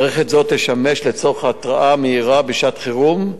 מערכת זו תשמש לצורך התראה מהירה בשעת חירום,